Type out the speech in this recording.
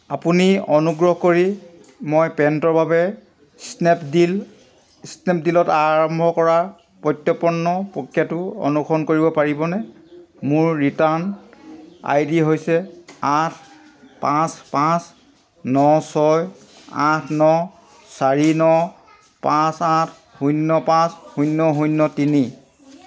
আপুনি অনুগ্ৰহ কৰি মই পেণ্টৰ বাবে স্নেপডীল স্নেপডিলত আৰম্ভ কৰা প্ৰত্যৰ্পণ প্ৰক্ৰিয়াটো অনুসৰণ কৰিব পাৰিবনে মোৰ ৰিটাৰ্ণ আই ডি হৈছে আঠ পাঁচ পাঁচ ন ছয় আঠ ন চাৰি ন পাঁচ আঠ শূন্য পাঁচ শূন্য শূন্য তিনি